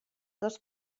dos